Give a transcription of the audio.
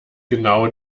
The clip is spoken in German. genau